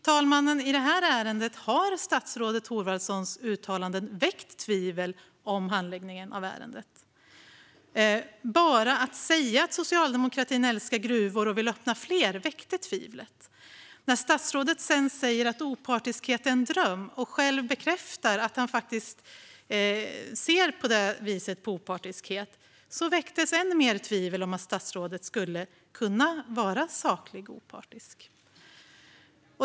Fru talman! I detta ärende har statsrådet Thorwaldssons uttalande väckt tvivel om handläggningen av ärendet. Bara att han sa att socialdemokratin älskar gruvor och vill öppna fler väckte tvivel. När statsrådet sedan sa att opartiskhet är en dröm och själv bekräftade att han faktiskt ser på opartiskhet på det viset väcktes än mer tvivel på att statsrådet skulle kunna vara saklig och opartisk.